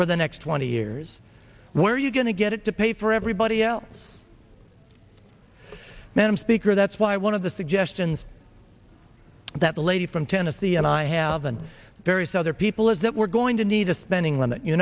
for the next twenty years where you're going to get it to pay for everybody else madam speaker that's why one of the suggestions that the lady from tennessee and i have and various other people is that we're going to need a spending limit you